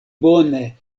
bone